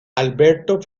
alberto